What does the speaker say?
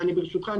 ברשותך,